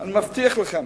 אני מבטיח לכם.